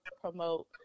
promote